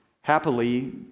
happily